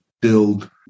build